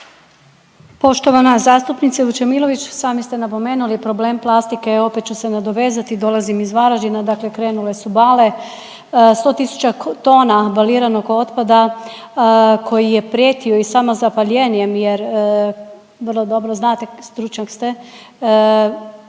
Poštovana zastupnice Vučemilović sami ste napomenuli problem plastike i opet ću se nadovezati. Dolazim iz Varaždina, dakle krenule su bale. 100 000 tona baliranog otpada koji je prijetio i samim zapaljenjem, jer vrlo dobro znate, stručnjak ste,